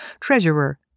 Treasurer